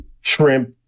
shrimp